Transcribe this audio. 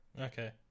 okay